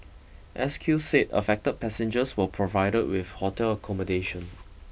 S Q said affected passengers were provided with hotel accommodation